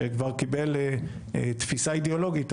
שכבר קיבל תפיסה אידיאולוגית,